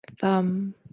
thumb